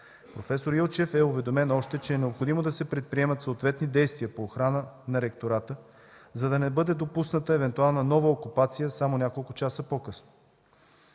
Професор Илчев е уведомен още, че е необходимо да се предприемат съответни действия по охрана на Ректората, за да не бъде допусната евентуална нова окупация само няколко часа по-късно.